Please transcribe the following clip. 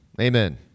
amen